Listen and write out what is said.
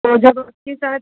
तो जब आपके साथ